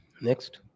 Next